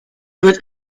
wird